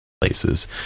places